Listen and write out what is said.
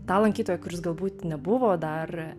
tą lankytoją kuris galbūt nebuvo dar